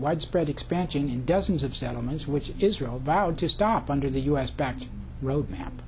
widespread expansion in dozens of settlements which israel vowed to stop under the u s backed road map